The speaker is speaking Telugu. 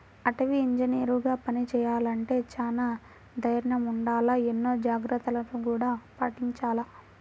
అటవీ ఇంజనీరుగా పని చెయ్యాలంటే చానా దైర్నం ఉండాల, ఎన్నో జాగర్తలను గూడా పాటించాల